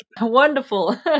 Wonderful